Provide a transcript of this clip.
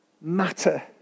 matter